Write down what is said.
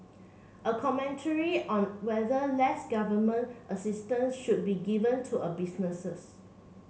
a commentary on whether less government assistance should be given to a businesses